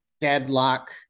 deadlock